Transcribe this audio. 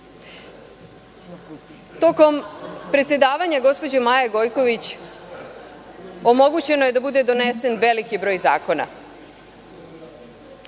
reči. Tokom predsedavanja gospođe Maje Gojković omogućeno je da bude donesen veliki broj zakona,